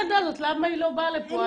איפה הילדה הזאת, למה היא לא באה לפה?